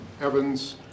Evans